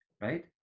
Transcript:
right